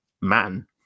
man